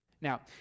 Now